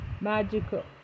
magical